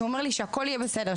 שהוא אומר לי שהכול יהיה בסדר,